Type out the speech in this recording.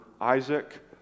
Isaac